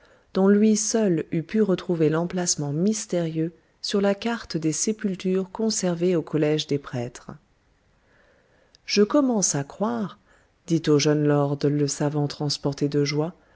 dont lui seul eût pu retrouver l'emplacement mystérieux sur la carte des sépultures conservée au collège des prêtres je commence à croire dit au jeune lord le savant transporté de joie